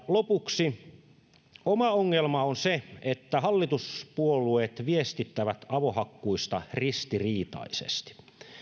lopuksi oma ongelmansa on se että hallituspuolueet viestittävät avohakkuista ristiriitaisesti